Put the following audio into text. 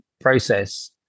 process